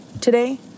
today